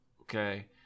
okay